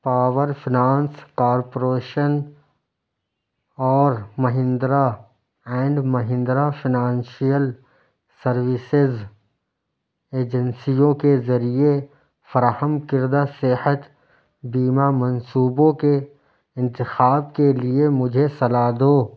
power finance corporation اور Mahindra and Mahindra financial services ایجنسیوں کے ذریعے فراہم کردہ صحت بیمہ منصوبوں کے انتخاب کے لیے مجھے صلاح دو